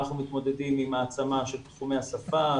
אנחנו מתמודדים עם העצמה של תחומי השפה,